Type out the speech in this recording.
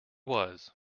was